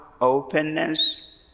openness